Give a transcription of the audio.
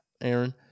Aaron